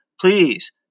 please